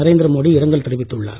நரேந்திர மோடி இரங்கல் தெரிவித்துள்ளார்